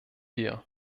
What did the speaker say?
wir